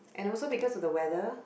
and also because of the weather